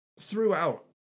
throughout